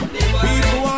People